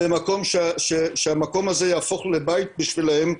למקום שיהפוך לבית בשבילם,